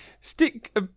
stick